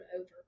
over